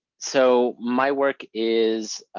so my work is,